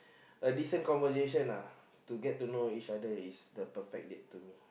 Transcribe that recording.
a decent conversation uh to get to know each other is the perfect date to me